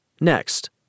Next